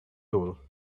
tool